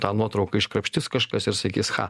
tą nuotrauką iškrapštys kažkas ir sakys cha